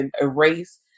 erase